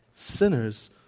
Sinners